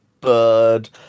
bird